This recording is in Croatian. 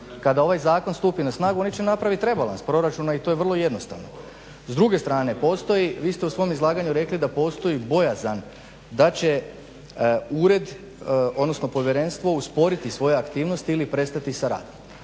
Kada ovaj Zakon stupi na snagu oni će napravit rebalans proračuna i to je vrlo jednostavno. S druge strane, postoji, vi ste u svom izlaganju rekli da postoji bojazan da će ured, odnosno povjerenstvo usporiti svoje aktivnosti ili prestati sa radom.